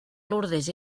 lourdes